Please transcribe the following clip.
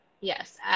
Yes